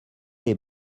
les